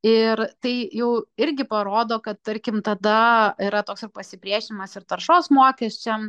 ir tai jau irgi parodo kad tarkim tada yra toksai pasipriešinimas ir taršos mokesčiam